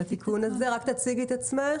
תציגי את עצמך.